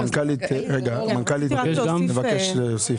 המנכ"לית מבקשת להוסיף.